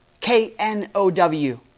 K-N-O-W